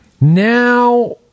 Now